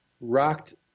rocked